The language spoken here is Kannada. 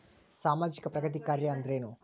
ಸಾಮಾಜಿಕ ಪ್ರಗತಿ ಕಾರ್ಯಾ ಅಂದ್ರೇನು?